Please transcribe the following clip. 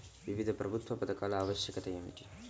వివిధ ప్రభుత్వ పథకాల ఆవశ్యకత ఏమిటీ?